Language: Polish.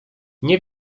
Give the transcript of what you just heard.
nie